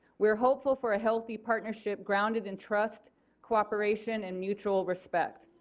we are hopeful for a healthy partnership grounded in trust cooperation and mutual respect.